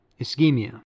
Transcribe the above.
ischemia